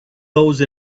those